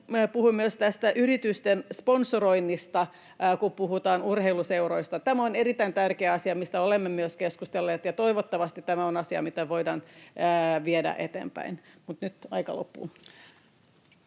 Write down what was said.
puhui myös yritysten sponsoroinnista, kun puhutaan urheiluseuroista. Tämä on erittäin tärkeä asia, mistä olemme myös keskustelleet, ja toivottavasti tämä on asia, mitä voidaan viedä eteenpäin. — Mutta nyt aika loppuu.